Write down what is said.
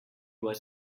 was